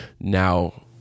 now